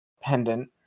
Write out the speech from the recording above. Pendant